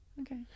Okay